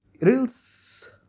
Reels